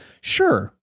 sure